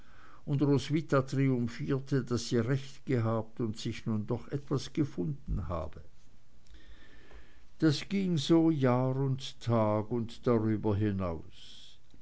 und roswitha triumphierte daß sie recht gehabt und sich nun doch etwas gefunden habe das ging so jahr und tag und darüber hinaus